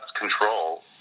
control